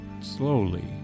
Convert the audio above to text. slowly